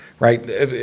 Right